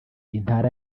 intara